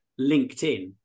LinkedIn